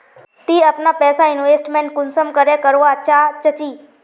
ती अपना पैसा इन्वेस्टमेंट कुंसम करे करवा चाँ चची?